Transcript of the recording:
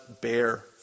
bear